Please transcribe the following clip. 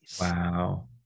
wow